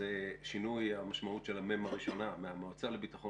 זה שינוי המשמעות של המ"ם הראשונה מהמועצה לביטחון